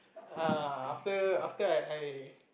err after after I I